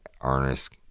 Ernest